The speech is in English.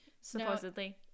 supposedly